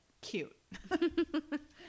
cute